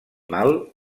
mal